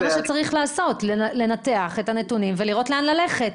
זה מה שצריך לעשות: לנתח את הנתונים ולראות לאן ללכת.